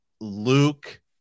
Luke